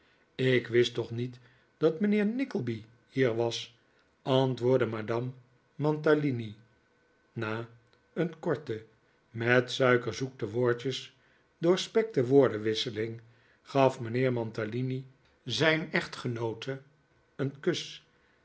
ik wist toch niet dat mijnheer nickleby hier was antwoordde madame mantalini na een korte met suikerzoete woordjes doorspekte woordenwisseling gaf mijnheer mantalini zijn echtgenoote een kus